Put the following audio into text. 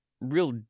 real